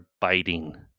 biting